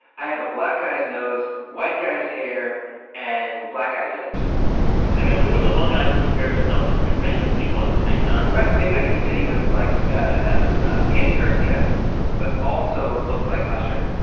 i have a black guy's nose, white guy's hair and black guy's lips and then who was the one guy who compared himself to two famous people at the same time? right, same guy. he said he was like ah ah andy garcia but also looked like usher